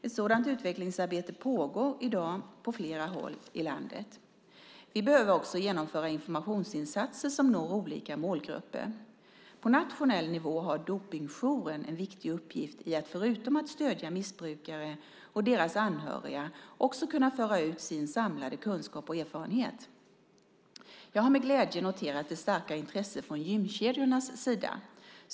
Ett sådant utvecklingsarbete pågår i dag på flera håll i landet. Vi behöver också genomföra informationsinsatser som når olika målgrupper. På nationell nivå har Dopingjouren en viktig uppgift i att förutom att stödja missbrukare och deras anhöriga också kunna föra ut sin samlade kunskap och erfarenhet. Jag har med glädje noterat det starka intresset från gymkedjornas sida.